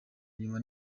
inyuma